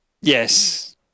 Yes